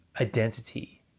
identity